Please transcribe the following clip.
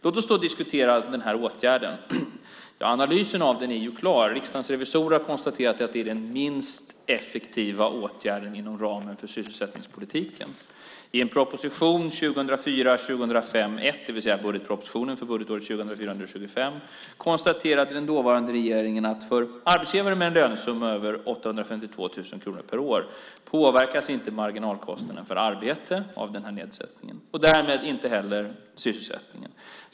Låt oss diskutera den här åtgärden. Analysen av den är klar. Riksdagens revisorer har konstaterat att det är den minst effektiva åtgärden inom ramen för sysselsättningspolitiken. I propositionen 2004/05:1, det vill säga budgetpropositionen för budgetåret 2004-2005, konstaterar den dåvarande regeringen att för arbetsgivare med en lönesumma över 852 000 kronor per år påverkas inte marginalkostnaden för arbete av den här nedsättningen och därmed inte heller sysselsättningen.